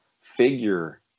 figure